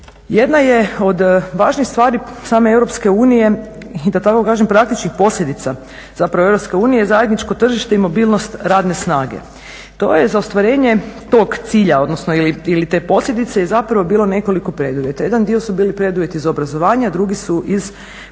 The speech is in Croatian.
Jedna je od važnih stvari same EU i da tako kažem, praktički posljedica zapravo EU, zajedničko tržište i mobilnost radne snage. To je za ostvarenje tog cilja, odnosno ili te posljedice i zapravo bilo nekoliko preduvjeta. Jedan dio su bili preduvjeti za obrazovanje, a drugi su iz pristupa